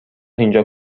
اینجا